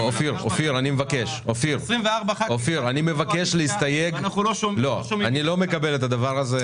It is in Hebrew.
אופיר, אני מבקש להסתייג, אני לא מקבל את הדבר.